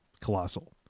Colossal